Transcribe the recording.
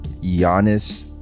Giannis